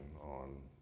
on